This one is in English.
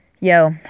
yo